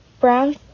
brown